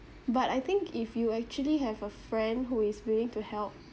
but I think if you actually have a friend who is willing to help